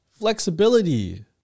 flexibility